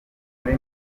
muri